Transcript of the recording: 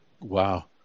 Wow